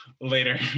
later